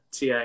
TA